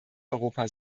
europa